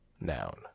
noun